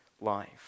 life